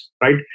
right